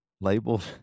labeled